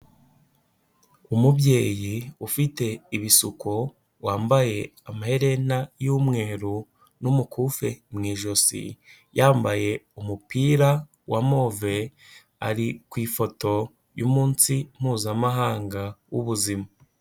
Umubyeyi ufite ibisuko, wambaye amaherena y'umweru n'umukufe mu ijosi, yambaye umupira wa move, ari ku ifoto y'umunsi mpuzamahanga w'ubuzima.